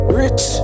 rich